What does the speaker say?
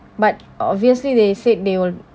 but obviously they said they will